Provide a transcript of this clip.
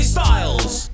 Styles